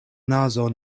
nazo